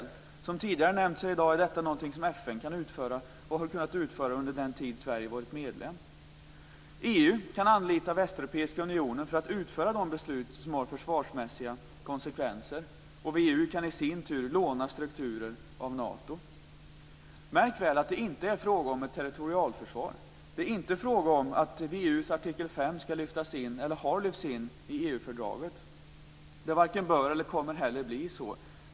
Som nämnts tidigare i dag är detta något som FN kan utföra och har kunnat utföra under den tid då Sverige har varit medlem. EU kan anlita Västeuropeiska unionen för att utföra de beslut som har försvarsmässiga konsekvenser, och VEU kan i sin tur låna strukturer av Nato. Märk väl att det inte är fråga om ett territorialförsvar. Det är inte fråga om att VEU:s artikel 5 skall lyftas in, eller har lyfts in, i EU-fördraget. Det varken bör eller kommer att bli så.